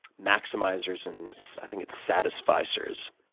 maximizers and, i think it's satisfizers.